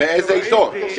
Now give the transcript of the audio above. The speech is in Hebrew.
באיזה עיתון?